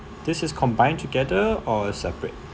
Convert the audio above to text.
this is combined together or separate